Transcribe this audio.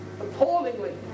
Appallingly